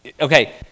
Okay